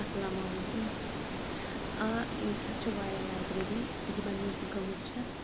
اَسَلامُ علیکُم آ ییٚتہِ حظ چھِ واریاہ لایبرٔری یِمَن نِش بہٕ گٔمٕژ چھس